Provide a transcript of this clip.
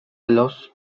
los